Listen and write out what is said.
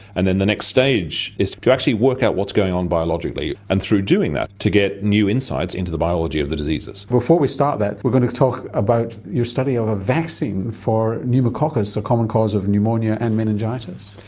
and then the next stage is that you actually work out what's going on biologically, and, through doing that, to get new insights into the biology of the diseases. before we start that we're going to talk about your study of a vaccine for pneumococcus, a common cause of pneumonia and meningitis.